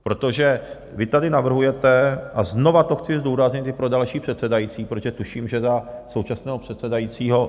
Protože vy tady navrhujete, a znovu to chci zdůraznit i pro další předsedající, protože tuším, že za současného předsedajícího...